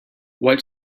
what